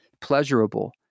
pleasurable